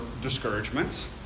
discouragements